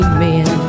men